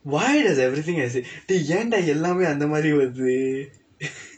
why does everything have that dey ஏன் டா எல்லாமே அந்த மாதிரி வருது:een daa ellaamee andtha maathiri varuthu